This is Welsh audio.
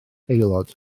aelod